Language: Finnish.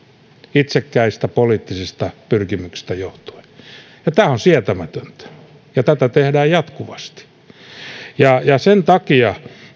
itsekkäistä poliittisista pyrkimyksistä johtuen tämä on sietämätöntä ja tätä tehdään jatkuvasti sen takia